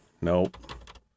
Nope